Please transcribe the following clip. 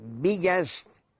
biggest